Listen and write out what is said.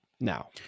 now